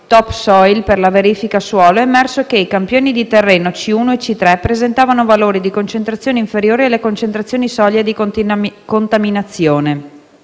*top soil* per la verifica suolo è emerso che i campioni di terreno C1 e C3 presentavano valori di concentrazione inferiori alle concentrazioni soglia di contaminazione